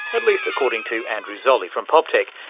at least according to andrew zolli from poptech,